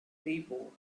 people